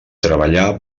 treballà